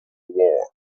war